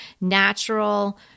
natural